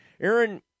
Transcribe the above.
Aaron